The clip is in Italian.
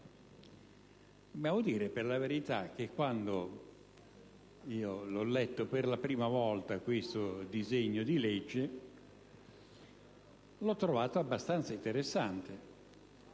l'ergastolo. Per la verità, quando ho letto per la prima volta quel disegno di legge, l'ho trovato abbastanza interessante,